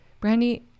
Brandy